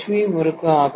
we murukku ஆகும்